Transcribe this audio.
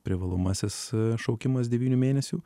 privalomasis šaukimas devynių mėnesių